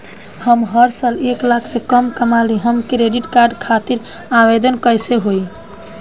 हम हर साल एक लाख से कम कमाली हम क्रेडिट कार्ड खातिर आवेदन कैसे होइ?